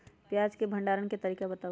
प्याज के भंडारण के तरीका बताऊ?